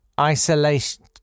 isolation